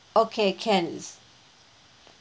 okay can